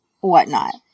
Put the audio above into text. whatnot